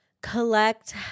collect